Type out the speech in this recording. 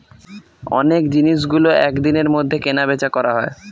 অনেক জিনিসগুলো এক দিনের মধ্যে কেনা বেচা করা হয়